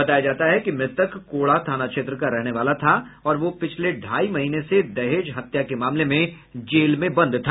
बताया जाता है कि मृतक कोढ़ा थाना क्षेत्र का रहने वाला था और वह पिछले ढाई महीने से दहेज हत्या के मामले में जेल में बंद था